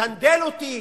סנדל אותי.